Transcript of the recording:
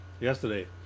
Yesterday